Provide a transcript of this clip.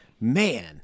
Man